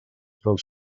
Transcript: dels